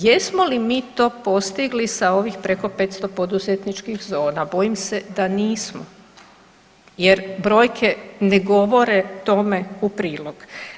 Jesmo li mi to postigli sa ovih preko 500 poduzetničkih zona, bojim se da nismo jer brojke ne govore tome u prilog.